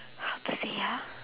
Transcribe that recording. how to say ah